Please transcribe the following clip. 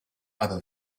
other